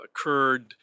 occurred